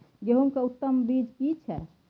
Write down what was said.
गेहूं के उत्तम बीज की छै?